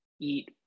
eat